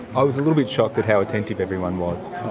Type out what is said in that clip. i was a little bit shocked at how attentive everyone was.